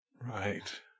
Right